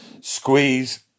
squeeze